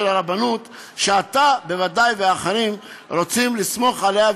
הרבנות שאתה בוודאי ואחרים רוצים לסמוך עליה,